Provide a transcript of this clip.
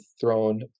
throne